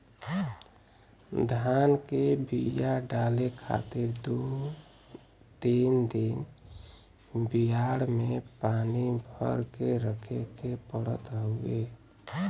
धान के बिया डाले खातिर दू तीन दिन बियाड़ में पानी भर के रखे के पड़त हउवे